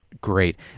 Great